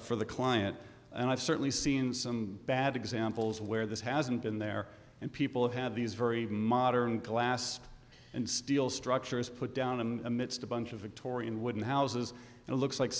for the client and i've certainly seen some bad examples where this hasn't been there and people have had these very modern glass and steel structures put down and amidst a bunch of victorian wooden houses and it looks like